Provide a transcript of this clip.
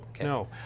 no